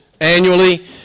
annually